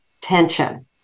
tension